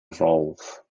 evolve